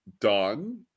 done